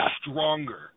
stronger